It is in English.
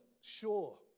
Sure